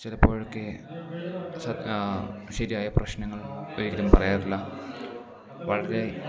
ചിലപ്പോഴൊക്കെ ശരിയായ പ്രശ്നങ്ങൾ ഒരിക്കലും പറയാറില്ല വളരെ